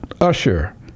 usher